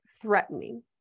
threatening